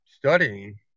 studying